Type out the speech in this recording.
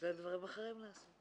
כי יש להם דברים אחרים לעשות.